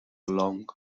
long